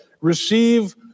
receive